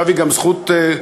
עכשיו היא גם זכות מתוגברת,